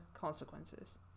consequences